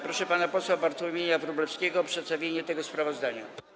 Proszę pana posła Bartłomieja Wróblewskiego o przedstawienie tego sprawozdania.